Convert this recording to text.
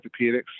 orthopedics